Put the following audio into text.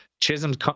Chisholm's